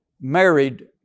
married